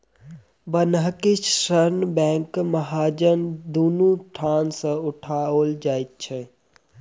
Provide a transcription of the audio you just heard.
बन्हकी ऋण बैंक आ महाजन दुनू ठाम सॅ उठाओल जाइत छै